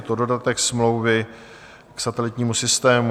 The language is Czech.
Je to dodatek smlouvy k satelitnímu systému.